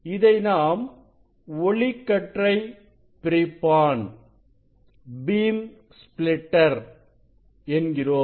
இதை நாம் ஒளிக்கற்றை பிரிப்பான் என்கிறோம்